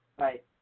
Right